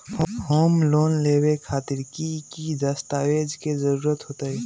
Home loan लेबे खातिर की की दस्तावेज के जरूरत होतई?